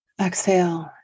exhale